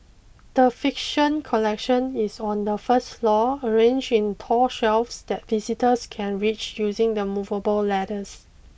the fiction collection is on the first floor arranged in tall shelves that visitors can reach using the movable ladders